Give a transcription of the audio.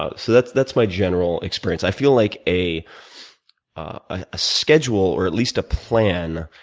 ah so that's that's my general experience. i feel like a a schedule, or at least a plan